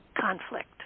conflict